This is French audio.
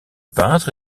peintre